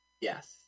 Yes